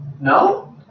No